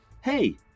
hey